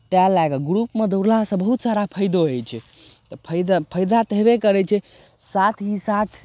तैँ लए कऽ ग्रुपमे दौड़लासँ बहुत सारा फायदो होइ छै फायदा फायदा तऽ हेबे करै छै साथ ही साथ